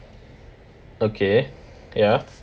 okay ya